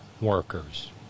workers